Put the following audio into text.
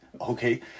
Okay